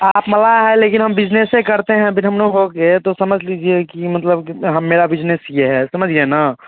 आप मलाह है लेकिन हम बिज़नेसें करते हैं हम लोगों के तो समझ लीजिए कि मतलब कि हम मेरा बिज़नेस ये है समझ गए ना